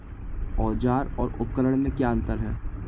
औज़ार और उपकरण में क्या अंतर है?